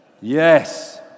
yes